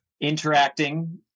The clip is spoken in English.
interacting